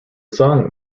song